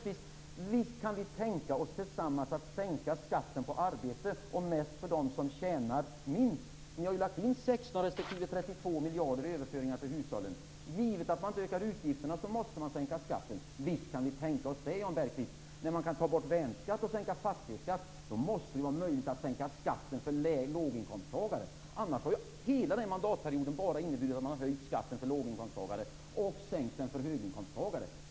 Visst kan vi tänka oss att tillsammans sänka skatten på arbete, mest för dem som tjänar minst. Ni har lagt in 16 respektive 32 miljoner för överföringar till hushållen. Givet att man ökar utgifterna måste man sänka skatten. Visst kan vi tänka oss det, Jan Bergqvist. När man kan ta bort värnskatt och sänka fastighetskatt måste man ha möjlighet att sänka skatten för låginkomsttagare. Annars har hela den här mandatperioden bara inneburit att man har höjt skatten för låginkomsttagare och sänkt den för höginkomsttagare.